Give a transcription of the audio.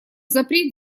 запри